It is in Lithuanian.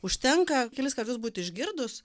užtenka kelis kartus būti išgirdus